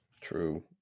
True